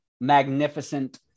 magnificent